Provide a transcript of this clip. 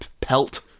pelt